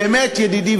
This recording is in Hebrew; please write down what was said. באמת ידידי,